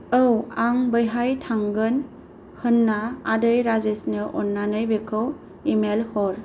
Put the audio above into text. औ आं बैहाय थांगोन होन्ना आदै राजेसनो अन्नानै बेखौ इमेल हर